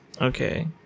Okay